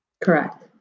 Correct